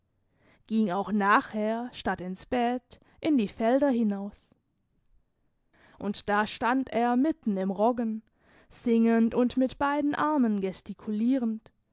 ging auch nachher statt ins bett in die felder hinaus und da stand er mitten im roggen singend und mit beiden armen gestikulierend